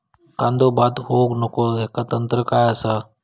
कांदो बाद होऊक नको ह्याका तंत्र काय असा?